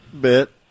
Bit